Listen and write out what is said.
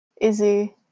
Izzy